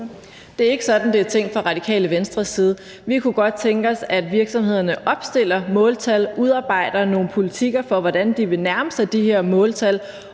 Det er ikke sådan, det er tænkt fra Radikale Venstres side. Vi kunne godt tænke os, at virksomhederne opstiller måltal, udarbejder nogle politikker for, hvordan de vil nærme sig de her måltal,